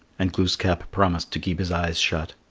and glooskap promised to keep his eyes shut.